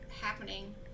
happening